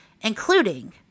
including